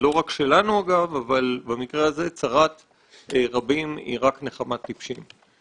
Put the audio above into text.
לא רק שלנו אבל במקרה הזה צרת רבים היא רב נחמת טיפשים.